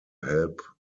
help